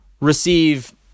receive